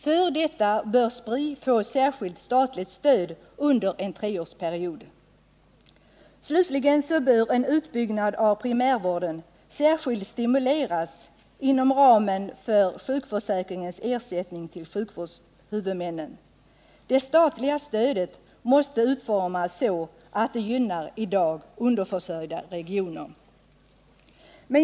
För detta bör Spri få särskilt statligt stöd under en treårsperiod. Slutligen bör en utbyggnad av primärvården särskilt stimuleras inom ramen för sjukförsäkringens ersättning till sjuk vårdshuvudmännen. Detta statliga stöd måste utformas så att det gynnar i dag underförsörjda regioner.